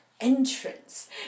entrance